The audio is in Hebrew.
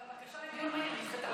אבל הבקשה לדיון מהיר נדחתה.